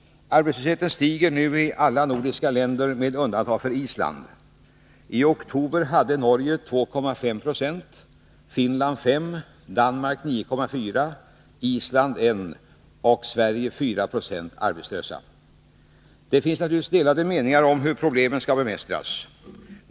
Arbetslösheten stiger nu i alla de nordiska länderna med undantag för Island. Det finns naturligtvis delade meningar om hur problemen skall bemästras.